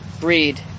breed